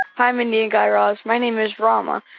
hi, mindy and guy raz. my name is rama.